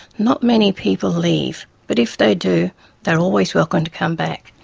not many people leave, but if they do they are always welcome to come back.